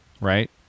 right